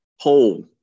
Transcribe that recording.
Pole